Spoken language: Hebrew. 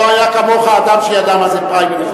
לא היה כמוך אדם שידע מה זה פריימריס בליכוד.